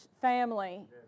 family